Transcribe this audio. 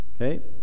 okay